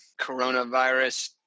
coronavirus